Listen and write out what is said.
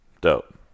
Dope